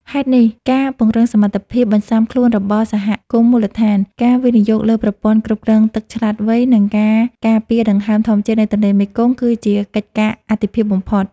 ហេតុនេះ ការពង្រឹងសមត្ថភាពបន្ស៊ាំខ្លួនរបស់សហគមន៍មូលដ្ឋាន ការវិនិយោគលើប្រព័ន្ធគ្រប់គ្រងទឹកឆ្លាតវៃ និងការការពារដង្ហើមធម្មជាតិនៃទន្លេមេគង្គ គឺជាកិច្ចការអាទិភាពបំផុត។